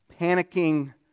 panicking